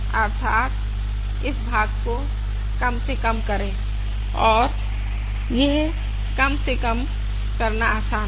अर्थात इस भाग को कम से कम करें और अब यह कम से कम करना आसान है